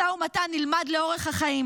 משא ומתן נלמד לאורך החיים,